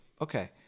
Okay